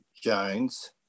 Jones